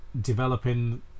developing